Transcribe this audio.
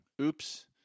Oops